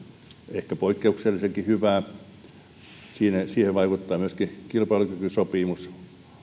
ehkä poikkeuksellisenkin hyvä siihen vaikuttaa myöskin kilpailukykysopimus